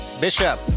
Bishop